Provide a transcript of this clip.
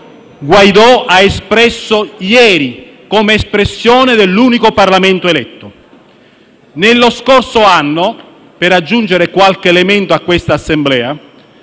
Guaidó ha espresso ieri, come espressione dell'unico Parlamento eletto. Nello scorso anno, per aggiungere qualche elemento a questa Assemblea,